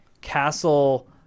castle